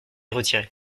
retiré